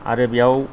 आरो बेयाव